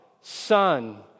Son